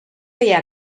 feia